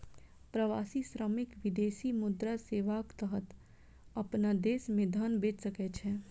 प्रवासी श्रमिक विदेशी मुद्रा सेवाक तहत अपना देश मे धन भेज सकै छै